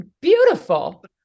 Beautiful